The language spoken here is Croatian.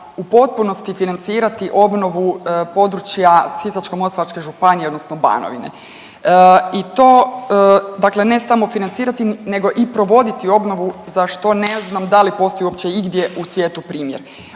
u potpunosti financirati obnovu područja Sisačko-moslavačke županije odnosno Banovine i to ne samo financirati nego i provoditi obnovu za što ne znam da li postoji uopće igdje u svijetu primjer.